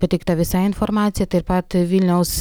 pateikta visa informacija taip pat vilniaus